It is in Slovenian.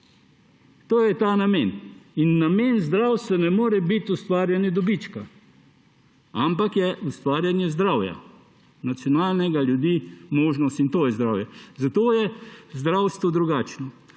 To je ta namen. In namen v zdravstvu ne more biti ustvarjanje dobička, ampak je ustvarjanje zdravja, nacionalnega, ljudi, možnosti. In to je zdravje, zato je zdravstvo drugačno.